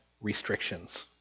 restrictions